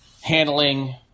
handling